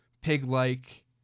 pig-like